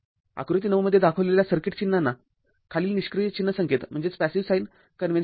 आकृती ९ मध्ये दाखविलेल्या सर्किट चिन्हांना खालील निष्क्रिय चिन्ह संकेत आहेत